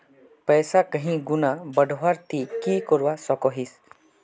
पैसा कहीं गुणा बढ़वार ती की करवा सकोहिस?